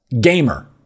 gamer